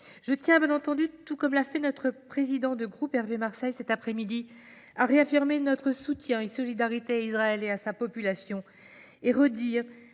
Je tiens bien entendu, comme l’a fait notre président de groupe, Hervé Marseille, cet après-midi, à réaffirmer notre soutien et notre solidarité à Israël et à sa population. Je redis